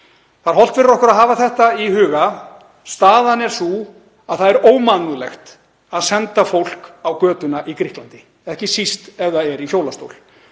er hollt fyrir okkur að hafa þetta í huga. Staðan er sú að það er ómannúðlegt að senda fólk á götuna í Grikklandi, ekki síst ef það er í hjólastól.